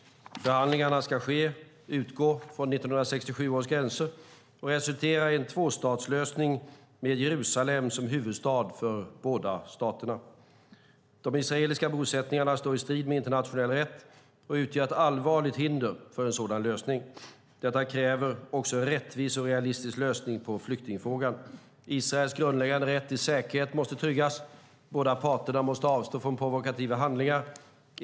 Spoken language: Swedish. Förhandlingarna ska utgå från 1967 års gränser och resultera i en tvåstatslösning med Jerusalem som huvudstad för båda stater. De israeliska bosättningarna står i strid med internationell rätt och utgör ett allvarligt hinder för en sådan lösning. Detta kräver också en rättvis och realistisk lösning på flyktingfrågan. Israels grundläggande rätt till säkerhet måste tryggas. Båda parter måste avstå från provokativa handlingar.